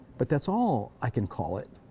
but that's all i can call it,